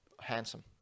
Handsome